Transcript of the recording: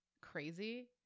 crazy